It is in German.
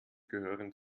gehören